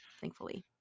thankfully